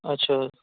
اچھا